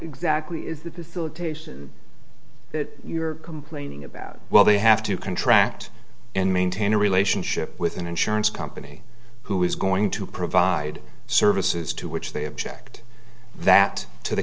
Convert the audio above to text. exactly is the military that you're complaining about well they have to contract and maintain a relationship with an insurance company who is going to provide services to which they object that to the